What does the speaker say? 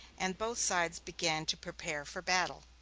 and both sides began to prepare for battle.